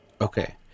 Okay